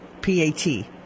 P-A-T